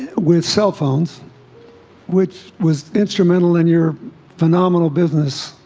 with cell phones which was instrumental in your phenomenal business?